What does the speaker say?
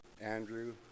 Andrew